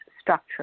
structure